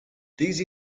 these